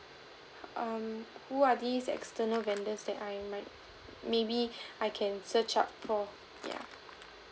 um who are this external vendors that I might maybe I can search up for yeah